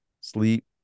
sleep